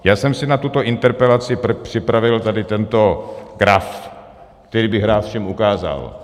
Já jsem si na tuto interpelaci připravil tady tento graf, který bych rád všem ukázal.